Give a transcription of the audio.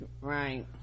right